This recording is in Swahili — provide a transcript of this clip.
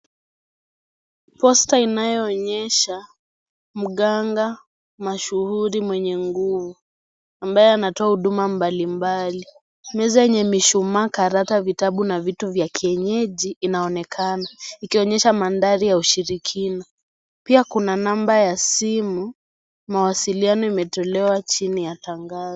Posta inayoonyesha mganga mashuhuri mwenye nguvu ambaye anatoa huduma mbalimbali. Meza yenye mishumaa, karata, vitabu na vitu za kienyeji inaonekana ikionyesha mandhari ya ushirikina. Pia Kuna namba ya simu mawasiliano imetolewa chini ya tangazo.